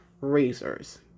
razors